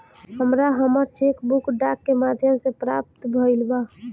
हमरा हमर cheque book डाक के माध्यम से प्राप्त भईल बा